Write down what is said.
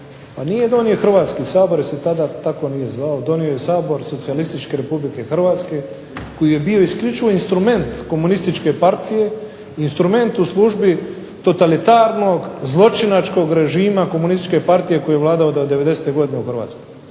Pa nije donio Hrvatski sabor jer se tada tako nije zvao. Donio je Sabor Socijalističke Republike Hrvatske koji je bio isključivo instrument komunističke partije, instrument u službi totalitarnog zločinačkog režima Komunističke partije koji je vladao do devedesete godine u Hrvatskoj.